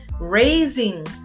raising